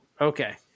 Okay